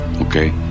okay